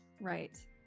Right